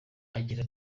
agira